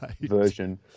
version